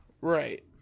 Right